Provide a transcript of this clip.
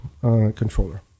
controller